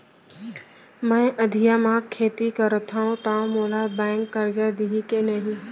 मैं अधिया म खेती करथंव त मोला बैंक करजा दिही के नही?